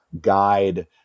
guide